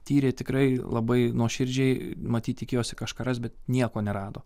tyrė tikrai labai nuoširdžiai matyt tikėjosi kažką ras bet nieko nerado